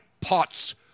pots